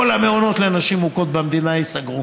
כל המעונות לנשים מוכות במדינה ייסגרו.